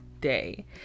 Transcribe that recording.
day